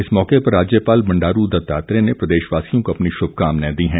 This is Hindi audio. इस मौके पर राज्यपाल बंडारू दत्तात्रेय ने प्रदेशवासियों को अपनी शुभकामनाएं दी है